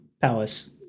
Palace